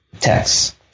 text